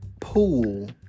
pool